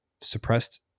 suppressed